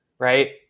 Right